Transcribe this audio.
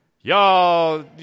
y'all